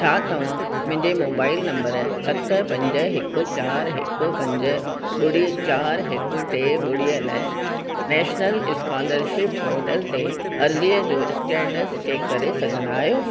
छा तव्हां मुंहिंजे मोबाइल नंबर सत पंज हिकु चारि हिकु पंज ॿुड़ी चारि हिकु टे ॿुड़ीअ लाइ नैशनल स्कॉलरशिप पोर्टल ते अर्ज़ीअ जो स्टेटस चेक करे सघंदा आहियो